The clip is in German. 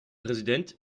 präsident